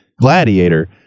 Gladiator